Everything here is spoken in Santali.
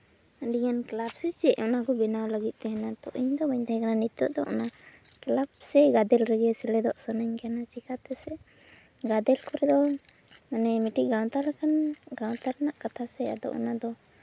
ᱟᱹᱰᱤᱜᱟᱱ ᱠᱞᱟᱵᱽ ᱥᱮ ᱪᱮᱫ ᱚᱱᱟᱠᱚ ᱵᱮᱱᱟᱣ ᱞᱟᱹᱜᱤᱫ ᱛᱟᱦᱮᱱᱟ ᱛᱚ ᱤᱧᱫᱚ ᱵᱟᱹᱧ ᱛᱟᱦᱮᱸ ᱠᱟᱱᱟ ᱱᱤᱛᱚᱜ ᱫᱚ ᱚᱱᱟ ᱠᱞᱟᱵᱽ ᱥᱮ ᱜᱟᱫᱮᱞ ᱨᱮᱜᱮ ᱥᱮᱞᱮᱫᱚᱜ ᱥᱟᱱᱟᱧ ᱠᱟᱱᱟ ᱪᱤᱠᱟᱛᱮᱥᱮ ᱜᱟᱫᱮᱞ ᱠᱚᱨᱮ ᱫᱚ ᱢᱟᱱᱮ ᱢᱤᱫᱴᱤᱡ ᱜᱟᱶᱛᱟ ᱞᱮᱠᱷᱟᱱ ᱜᱟᱶᱛᱟ ᱨᱮᱱᱟᱜ ᱠᱟᱛᱷᱟ ᱥᱮ ᱟᱫᱚ ᱚᱱᱟᱫᱚ